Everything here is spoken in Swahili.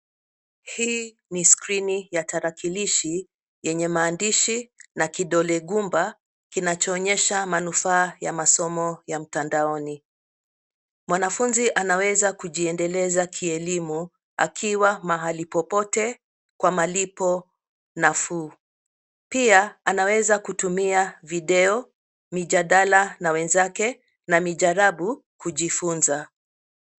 Hii ni skrini ya tarakilishi yenye maandishi na kidole gumba kinachonyesha manufaa ya masomo ya mtandaoni. Mwanafunzi anaweza kujiendeleza kielimu akiwa mahali popote kwa malipo nafuu. Pia anaweza kutumia video, mijadala na wenzake na mijarabu kujifunza.